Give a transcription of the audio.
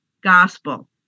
gospel